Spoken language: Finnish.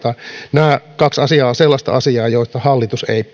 nämä kaksi asiaa ovat sellaisia asioita joista hallitus ei